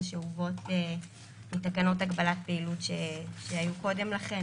שאובות מתקנות הגבלת פעילות שהיו קודם לכן,